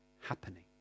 happening